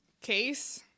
case